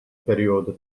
perjodu